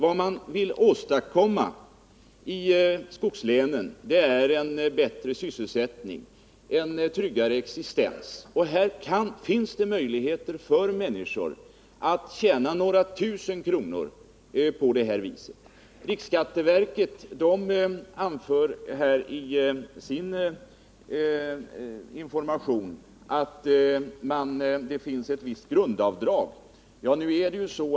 Vad man vill åstadkomma i skogslänen är en bättre sysselsättning, en tryggare existens. Här finns det möjligheter för människor att tjäna några tusen kronor på bärplockning. Riksskatteverket anför i sin information att ett visst grundavdrag får göras.